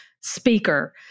speaker